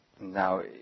Now